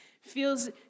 feels